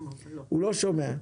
הוא לא שומע.